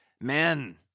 Men